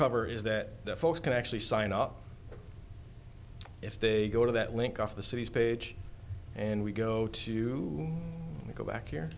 cover is that the folks can actually sign up if they go to that link off the city's page and we go to we go back here